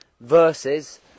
versus